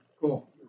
Cool